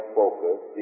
focus